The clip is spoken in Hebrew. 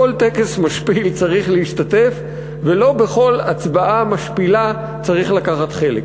לא בכל טקס משפיל צריך להשתתף ולא בכל הצבעה משפילה צריך לקחת חלק,